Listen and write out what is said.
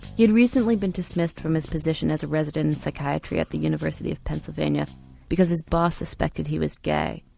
he'd recently been dismissed from his position as a resident in psychiatry at the university of pennsylvania because his boss suspected he was gay.